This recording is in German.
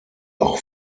auch